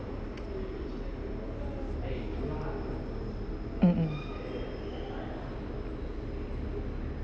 mm mm